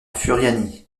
furiani